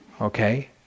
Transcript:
okay